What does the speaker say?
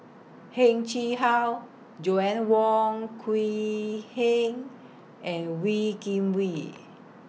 Heng Chee How Joanna Wong Quee Heng and Wee Kim Wee